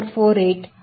448 ಮತ್ತು c 0